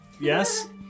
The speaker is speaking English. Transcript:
Yes